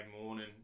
morning